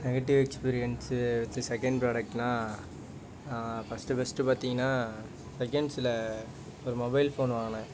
negative experience வச்சு second ப்ரோடக்ட்னால் first first பார்த்தீங்கன்னா செகெண்ட்சில் ஒரு மொபைல் ஃபோன் வாங்கினேன்